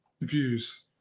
views